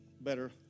better